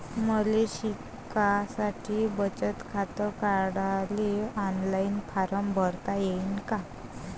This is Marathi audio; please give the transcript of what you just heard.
मले शिकासाठी बचत खात काढाले ऑनलाईन फारम भरता येईन का?